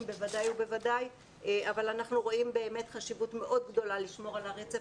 בוודאי ובוודאי אבל אנחנו רואים באמת חשיבות מאוד גדולה לשמור על הרצף